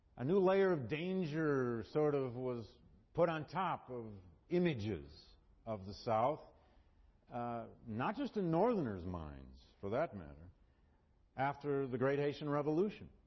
a new layer of danger sort of was put on top of images of the south not just in northerners' minds, for that matter after the great haitian revolution,